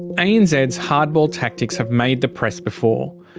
and yeah anz's hardball tactics have made the press before.